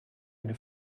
eine